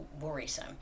worrisome